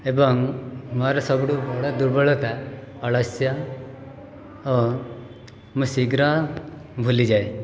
ଏବଂ ମୋର ସବୁଠୁ ବଡ଼ ଦୁର୍ବଳତା ଅଳସ୍ୟ ଓ ମୁଁ ଶୀଘ୍ର ଭୁଲିଯାଏ